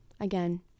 Again